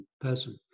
person